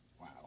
Wow